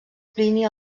plini